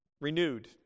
renewed